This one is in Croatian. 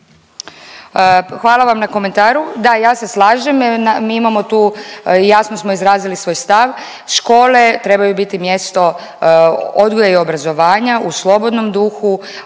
Hvala vam na komentaru. Da, ja se slažem. Mi imamo tu jasno smo izrazili svoj stav. Škole trebaju biti mjesto odgoja i obrazovanja u slobodnom duhu,